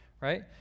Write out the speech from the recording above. right